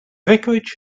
vicarage